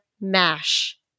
MASH